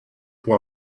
pour